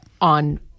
on